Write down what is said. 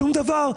שום דבר.